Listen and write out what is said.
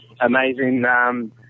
amazing